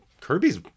Kirby's